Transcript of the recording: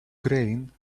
grain